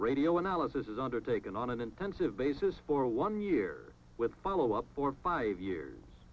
radio analysis is undertaken on an intensive basis for one year with follow up or five years